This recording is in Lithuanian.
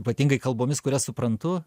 ypatingai kalbomis kurias suprantu